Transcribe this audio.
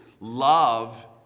love